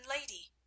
lady